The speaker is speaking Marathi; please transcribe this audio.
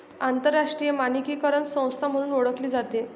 आंतरराष्ट्रीय मानकीकरण संस्था म्हणूनही ओळखली जाते